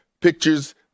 pictures